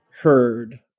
heard